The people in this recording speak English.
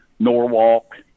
norwalk